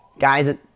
Guys